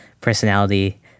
personality